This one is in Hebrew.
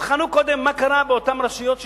תבחנו קודם מה קרה באותן רשויות שפורקו.